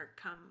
come